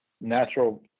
natural